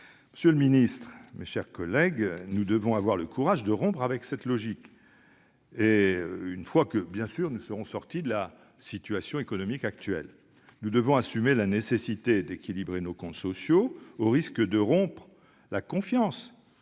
Monsieur le ministre, mes chers collègues, nous devrons avoir le courage de rompre avec cette logique, une fois sortis de la situation économique actuelle. Nous devons assumer la nécessité d'équilibrer nos comptes sociaux, au risque de rompre la confiance,